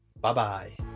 Bye-bye